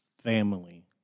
family